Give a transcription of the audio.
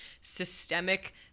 systemic